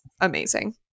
amazing